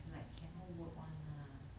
like cannot work one lah